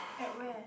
at where